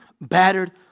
battered